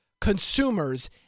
consumers